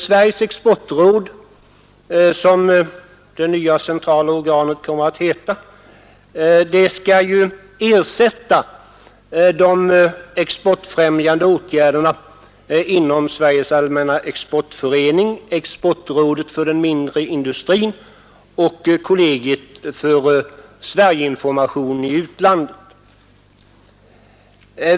Sveriges exportråd, som det nya centrala organet kommer att heta, skall ju ersätta de exportfrämjande åtgärderna inom Sveriges allmänna exportförening, Exportrådet för den mindre industrin och Kollegiet för Sverige-information i utlandet.